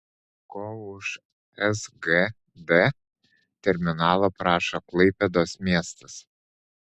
ko už sgd terminalą prašo klaipėdos miestas